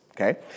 Okay